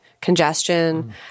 congestion